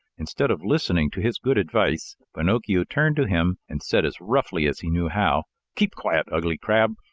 instead of listening to his good advice, pinocchio turned to him and said as roughly as he knew how keep quiet, ugly gab!